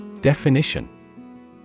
Definition